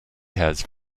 has